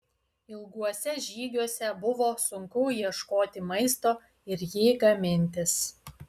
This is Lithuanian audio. ilguose žygiuose buvo sunku ieškoti maisto ir jį gamintis